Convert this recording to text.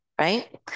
right